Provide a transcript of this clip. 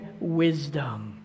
wisdom